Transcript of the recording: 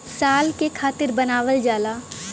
साल के खातिर बनावल जाला